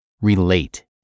Relate